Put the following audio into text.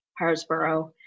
Harrisboro